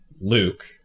Luke